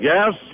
Yes